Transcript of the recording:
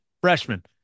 freshman